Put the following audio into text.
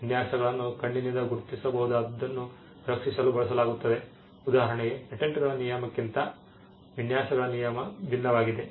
ವಿನ್ಯಾಸಗಳನ್ನು ಕಣ್ಣಿನಿಂದ ಗುರುತಿಸಬಹುದಾದದನ್ನು ರಕ್ಷಿಸಲು ಬಳಸಲಾಗುತ್ತದೆ ಉದಾಹರಣೆಗೆ ಪೇಟೆಂಟ್ಗಳ ನಿಯಮಕ್ಕಿಂತ ವಿನ್ಯಾಸಗಳ ನಿಯಮ ಭಿನ್ನವಾಗಿದೆ